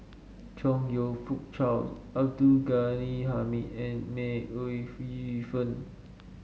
Chong You Fook Charles Abdul Ghani Hamid and May Ooi Yu Fen